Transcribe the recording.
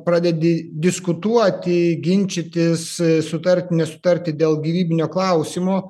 pradedi diskutuoti ginčytis sutart nesutarti dėl gyvybinio klausimo